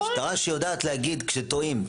משטרה שיודעת להגיד כשטועים,